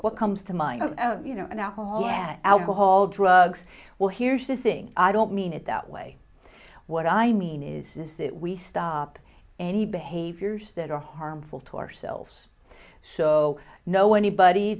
what comes to mind you know and alcohol that alcohol drugs well here's the thing i don't mean it that way what i mean is this it we stop any behaviors that are harmful to ourselves so know anybody